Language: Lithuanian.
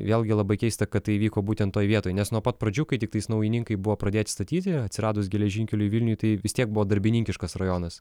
vėlgi labai keista kad tai įvyko būtent toj vietoj nes nuo pat pradžių kai tiktais naujininkai buvo pradėti statyti atsiradus geležinkeliui vilniuj tai vis tiek buvo darbininkiškas rajonas